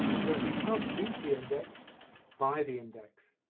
so if you can't beat the index buy the index.